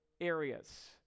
areas